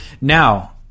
Now